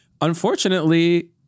unfortunately